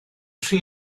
tri